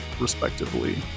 respectively